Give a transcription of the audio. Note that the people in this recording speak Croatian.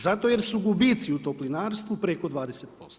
Zato jer su gubici u toplinarstvu preko 20%